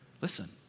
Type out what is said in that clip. Listen